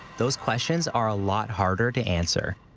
those questions are a lot harder to answer.